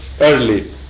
early